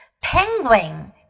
Penguin